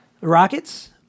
Rockets